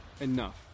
enough